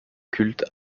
cultes